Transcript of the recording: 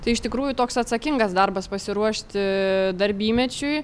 tai iš tikrųjų toks atsakingas darbas pasiruošti darbymečiui